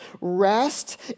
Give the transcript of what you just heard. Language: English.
rest